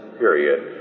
period